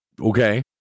Okay